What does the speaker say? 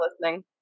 listening